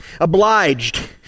obliged